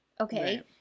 Okay